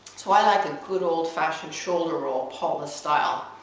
so i like a good old fashioned should roll, paula style.